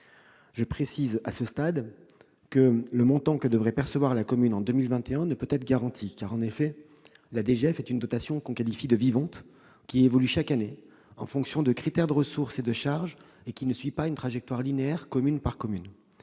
je précise que le montant que cette commune devrait percevoir en 2021 ne peut être garanti. En effet, la DGF est une dotation que l'on qualifie de « vivante »: elle évolue chaque année en fonction de critères de ressources et de charges, et ne suit pas une trajectoire linéaire, commune par commune.